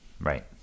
right